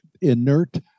inert